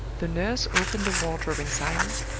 the nurse opened the wardrobe in silence,